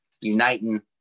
uniting